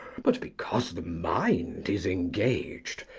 but because the mind is engaged,